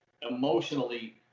emotionally